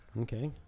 Okay